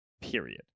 Period